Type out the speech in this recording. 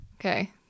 Okay